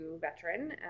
veteran